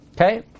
Okay